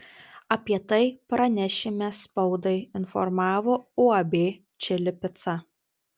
apie tai pranešime spaudai informavo uab čili pica